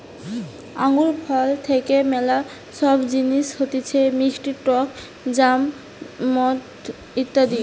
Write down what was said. আঙ্গুর ফল থেকে ম্যালা সব জিনিস হতিছে মিষ্টি টক জ্যাম, মদ ইত্যাদি